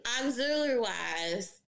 Auxiliary-wise